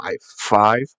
Five